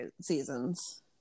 seasons